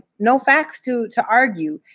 no facts to to argue.